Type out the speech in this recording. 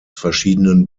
verschiedenen